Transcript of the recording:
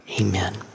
amen